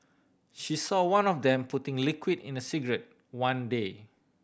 she saw one of them putting liquid in a cigarette one day